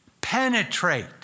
penetrate